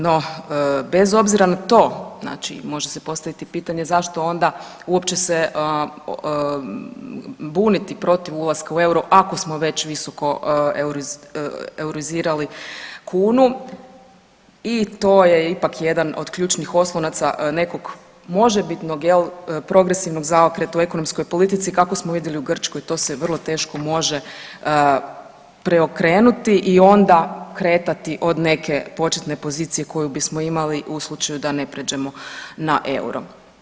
No bez obzira na to, znači može se postaviti i pitanje zašto onda uopće se buniti protiv ulaska u euro ako smo već visoko eurizirali kunu i to je ipak jedan od ključnih oslonaca nekog možebitnog jel progresivnog zaokreta u ekonomskoj politici, kako smo vidjeli u Grčkoj, to se vrlo teško može preokrenuti i onda kretati od neke početne pozicije koju bismo imali u slučaju da ne prijeđemo na EUR-o.